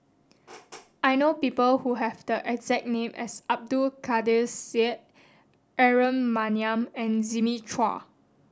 I know people who have the exact name as Abdul Kadir Syed Aaron Maniam and Jimmy Chua